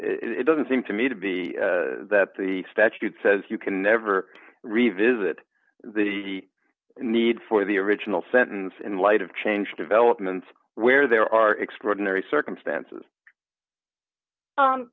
it doesn't seem to me to be that the statute says you can never revisit the need for the original sentence in light of change developments where there are extraordinary circumstances